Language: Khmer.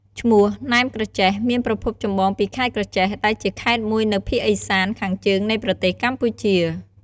ឈ្មោះ “ណែមក្រចេះ” មានប្រភពចម្បងពីខេត្តក្រចេះ ដែលជាខេត្តមួយនៅភាគឦសានខាងជើងនៃប្រទេសកម្ពុជា។